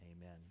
Amen